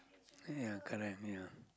ya current you know